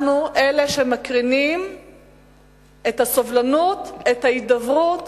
אנחנו אלה שמקרינים את הסובלנות, את ההידברות,